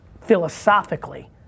philosophically